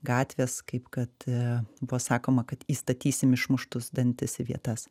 gatvės kaip kad buvo sakoma kad įstatysim išmuštus dantis į vietas